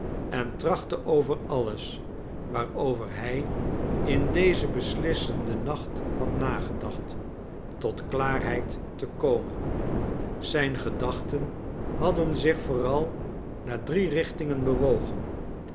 en trachtte over alles waarover hij in dezen beslissenden nacht had nagedacht tot klaarheid te komen zijn gedachten hadden zich vooral naar drie richtingen bewogen